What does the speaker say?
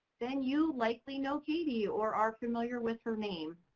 then you likely know katie or are familiar with her name.